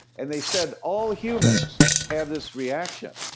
and they said, all humans have this reaction.